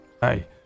Hey